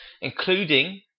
including